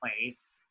place